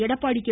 Edappadi K